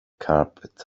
carpet